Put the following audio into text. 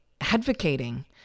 advocating